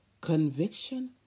conviction